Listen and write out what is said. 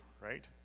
Right